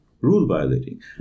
rule-violating